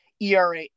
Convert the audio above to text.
ERA